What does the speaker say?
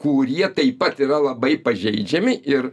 kurie taip pat yra labai pažeidžiami ir